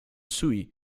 sui